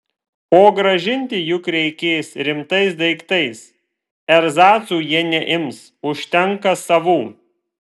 o grąžinti juk reikės rimtais daiktais erzacų jie neims užtenka savų